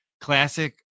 classic